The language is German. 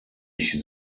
ich